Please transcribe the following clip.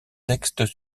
textes